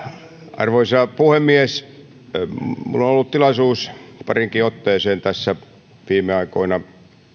arvoisa puhemies minulla on ollut tilaisuus pariinkin otteeseen tässä viime aikoina